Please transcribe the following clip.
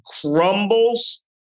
crumbles